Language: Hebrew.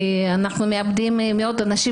אנחנו מאבדים מאות אנשים,